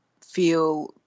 feel